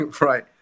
Right